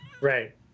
Right